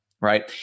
right